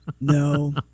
No